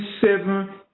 seven